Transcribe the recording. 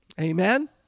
Amen